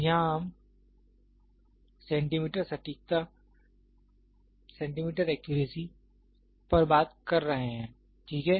यहां हम सेंटीमीटर सटीकता एक्यूरेसी पर बात कर रहे हैं ठीक है